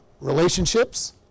relationships